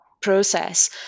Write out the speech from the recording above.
process